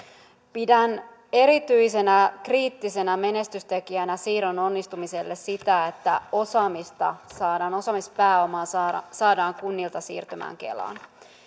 pidän erityisenä kriittisenä menestystekijänä siirron onnistumiselle sitä että saadaan osaamispääomaa kunnilta siirtymään kelaan